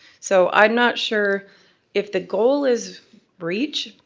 so i'm not sure if the goal is reach,